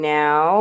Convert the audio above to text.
now